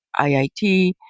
IIT